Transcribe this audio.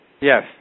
Yes